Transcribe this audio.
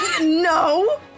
No